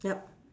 yup